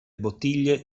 bottiglie